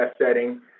setting